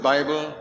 Bible